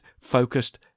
focused